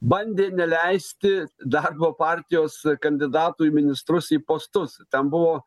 bandė neleisti darbo partijos kandidatų į ministrus į postus ten buvo